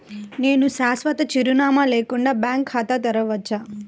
నేను శాశ్వత చిరునామా లేకుండా బ్యాంక్ ఖాతా తెరవచ్చా?